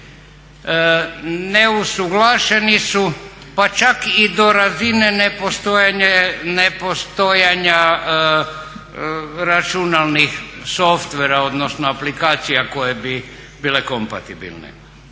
Neusuglašeni su pa čak i do razine nepostojanja računalnih softvera odnosno aplikacija koje bi bile kompatibilne,